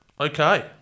Okay